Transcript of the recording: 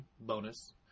bonus